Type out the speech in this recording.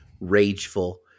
rageful